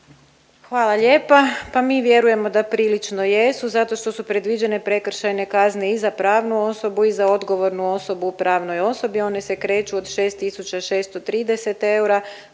Hvala lijepa. Pa mi vjerujemo da prilično jesu zato što su predviđene prekršajne kazne i za pravnu osobu i za odgovornu osobu u pravnoj osobi, one se kreću od 6630 eura